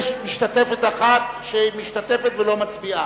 יש משתתפת אחת, שהיא משתתפת ולא מצביעה.